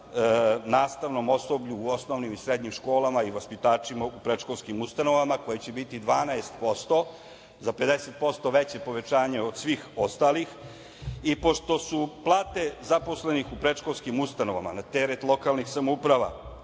nastavnom osoblju u srednjim, osnovnim školama i vaspitačima u predškolskim ustanovama koje će biti 12% za 50% veće povećanje od svih ostalih. Pošto su plate zaposlenih u predškolskim ustanovama na teret lokalnih samouprava,